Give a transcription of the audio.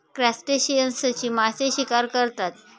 क्रस्टेशियन्सची मासे शिकार करतात